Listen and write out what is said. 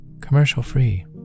commercial-free